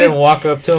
and walk-up so